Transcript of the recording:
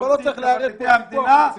אבל לא צריך לערב פה ויכוח על סיפוח.